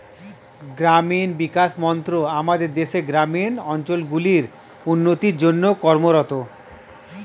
গ্রামীণ বিকাশ মন্ত্রক আমাদের দেশের গ্রামীণ অঞ্চলগুলির উন্নতির জন্যে কর্মরত